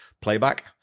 Playback